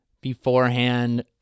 beforehand